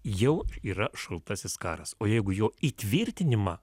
jau yra šaltasis karas o jeigu jo įtvirtinimą